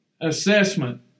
Assessment